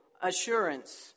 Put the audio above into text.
assurance